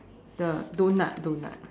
the doughnut doughnut